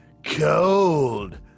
cold